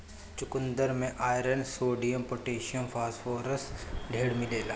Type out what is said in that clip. चुकन्दर में iron, sodium, potassium, phosphorus ढेर मिलेला